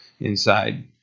inside